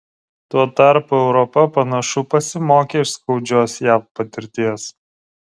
tuo tarpu europa panašu pasimokė iš skaudžios jav patirties